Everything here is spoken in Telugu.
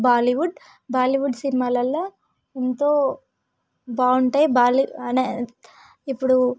బాలీవుడ్ బాలీవుడ్ సినిమాలల్లో ఎంతో బాగుంటాయి బాలి అనే ఇప్పుడు